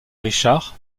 richard